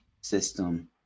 system